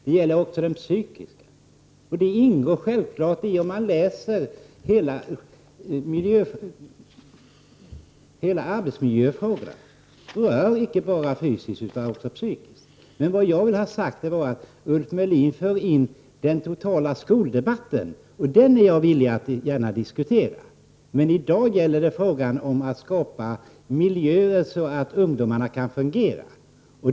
Det gäller även den psykiska miljön, den ingår ju i förslaget. Hela arbetsmiljöfrågan gäller ju inte bara den fysiska utan även den psykiska arbetsmiljön. Vad jag vill ha sagt är att Ulf Melin här för in den totala skoldebatten. Den är jag villig att diskutera, men i dag diskuterar vi hur vi kan skapa en miljö där ungdomarna kan fungera.